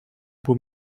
było